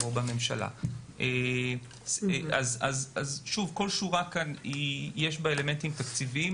בכל שורה כאן יש אלמנטים תקציביים,